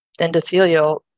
endothelial